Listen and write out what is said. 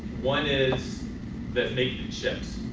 one is that make the chips,